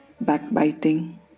backbiting